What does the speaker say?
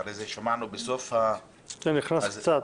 ואחרי זה --- זה נכנס קצת.